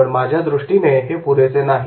पण माझ्या दृष्टीने हे पुरेसे नाही